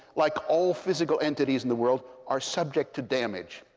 like all physical entities in the world, are subject to damage.